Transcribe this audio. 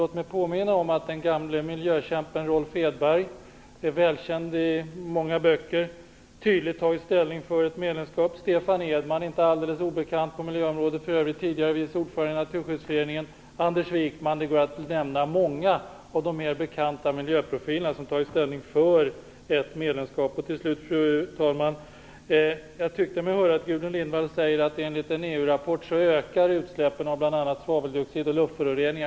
Låt mig påminna att den gamle miljökämpen Rolf Hedberg, välkänd genom många böcker, tydligt tagit ställning för ett medlemskap. En inte alldeles obekant person på miljöområdet, Stefan Edman, tidigare vice ordförande i Naturskyddsföreningen, och Anders Wijkman har tagit ställning för ett medlemskap i EU. Det går att nämna många av de mer bekanta miljöprofilerna som tagit ställning för ett medlemskap. Fru talman! Jag tyckte mig höra att Gudrun Lindvall sade att enligt en EU-rapport ökar utsläppen av bl.a. svaveldioxid och luftföroreningar.